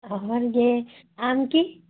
और ये आम की